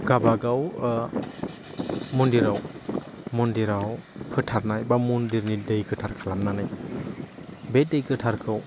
गावबा गाव मन्दिराव मन्दिराव फोथारनाय बा मन्दिरनि दै गोथार खालामनानै बे दै गोथारखौ